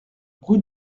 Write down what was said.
rue